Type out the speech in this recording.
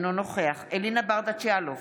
אינו נוכח אלינה ברדץ' יאלוב,